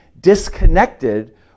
disconnected